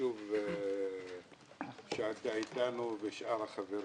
חשוב לי שאתה אתנו וכך גם שאר החברים.